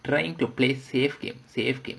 trying to play safe game safe game